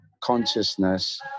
consciousness